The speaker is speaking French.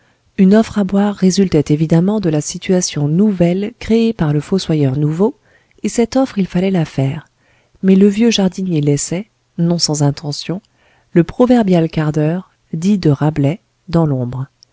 une offre à boire résultait évidemment de la situation nouvelle créée par le fossoyeur nouveau et cette offre il fallait la faire mais le vieux jardinier laissait non sans intention le proverbial quart d'heure dit de rabelais dans l'ombre